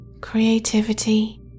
creativity